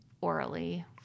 orally